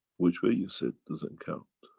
which way you said doesn't count.